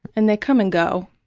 and they come and go.